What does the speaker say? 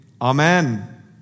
Amen